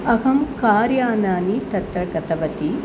अहं कार्यानेन तत्र गतवती